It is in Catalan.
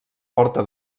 porta